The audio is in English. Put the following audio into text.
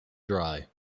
dry